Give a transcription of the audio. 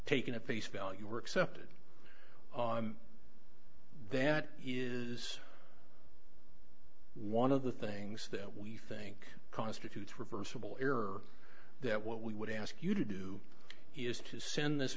taken at face value or accepted that is one of the things that we think constitutes reversible error that what we would ask you to do is to send this